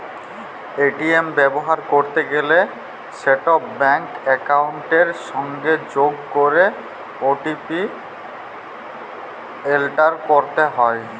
ATM ব্যাভার ক্যরতে গ্যালে সেট ব্যাংক একাউলটের সংগে যগ ক্যরে ও.টি.পি এলটার ক্যরতে হ্যয়